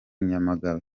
nyamagabe